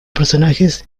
personajes